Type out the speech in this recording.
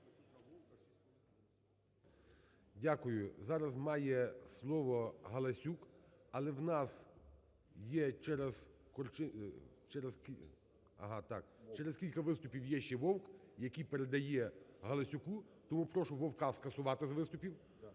Дякую. Зараз має слово Галасюк. Але в нас через кілька виступів є ще Вовк, який передає Галасюку. Тому прошу Вовка скасувати з виступів,